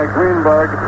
Greenberg